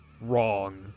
Wrong